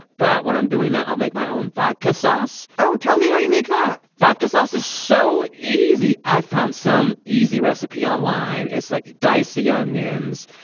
but when i'm doing that, i'll make my own vodka sauce oh, tell me how you make that! vodka sauce is so easy. i found some easy recipe online. it's like dice the onions,